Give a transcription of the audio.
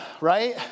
right